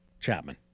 Chapman